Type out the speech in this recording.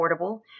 affordable